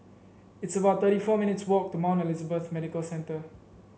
it's about thirty four minutes' walk to Mount Elizabeth Medical Centre